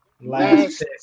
last